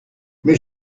mais